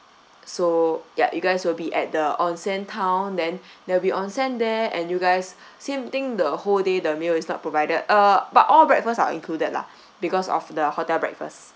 so ya you guys will be at the onsen town then they'll be onsen there and you guys same thing the whole day the meal is not provided uh but all breakfast are included lah because of the hotel breakfast